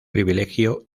privilegio